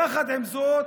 יחד עם זאת,